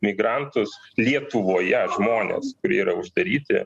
migrantus lietuvoje žmonės kurie yra uždaryti